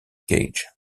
cage